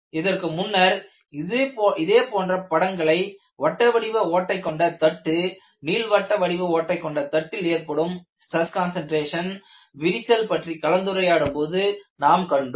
இதற்கு முன்னர் இதே போன்ற படங்களை வட்டவடிவ ஓட்டைக் கொண்ட தட்டு நீள்வட்ட வடிவ ஓட்டைக் கொண்ட தட்டில் ஏற்படும் ஸ்டிரஸ் கன்சன்ட்ரேஷன் விரிசல் பற்றி கலந்துரையாடும் போது நாம் கண்டோம்